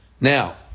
Now